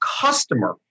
customer